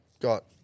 got